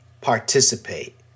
participate